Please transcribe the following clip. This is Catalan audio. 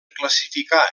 classificar